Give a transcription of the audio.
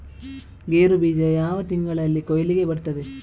ಗೇರು ಬೀಜ ಯಾವ ತಿಂಗಳಲ್ಲಿ ಕೊಯ್ಲಿಗೆ ಬರ್ತದೆ?